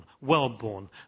wellborn